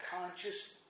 conscious